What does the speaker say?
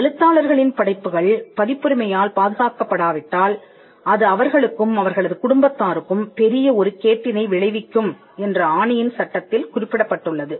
எழுத்தாளர்களின் படைப்புகள் பதிப்புரிமையால் பாதுகாக்கப் படாவிட்டால் அது அவர்களுக்கும் அவர்களது குடும்பத்தாருக்கும் பெரிய ஒரு கேட்டினை விளைவிக்கும் என்று ஆனியின் சட்டத்தில் குறிப்பிடப்பட்டுள்ளது